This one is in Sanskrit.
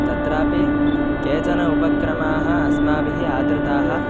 तत्रापि केचन उपक्रमाः अस्माभिः आदृताः